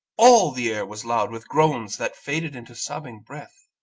all the air was loud with groans that faded into sobbing breath,